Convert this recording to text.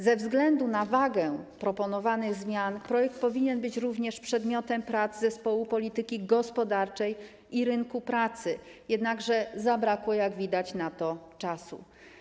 Ze względu na wagę proponowanych zmian projekt powinien być również przedmiotem prac Zespołu ds. Polityki Gospodarczej i Rynku Pracy, jednakże zabrakło, jak widać, na to czasu.